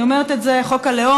אני אומרת את זה על חוק הלאום,